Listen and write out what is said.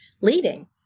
leading